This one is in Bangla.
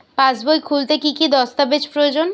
পাসবই খুলতে কি কি দস্তাবেজ প্রয়োজন?